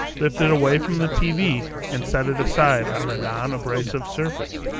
lift it away from the tv and set it aside on a non-abrasive surface.